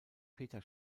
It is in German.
peter